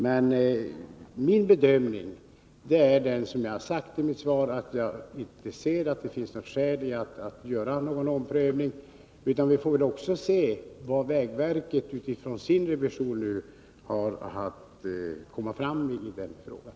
Men min bedömning är den som jag har angivit i mitt svar, att jag inte ser något skäl för en omprövning. Vi får väl också se vad vägverket utifrån sin revision kan komma fram med i den här frågan.